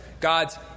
God's